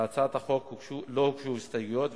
להצעת החוק לא הוגשו הסתייגויות,